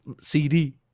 CD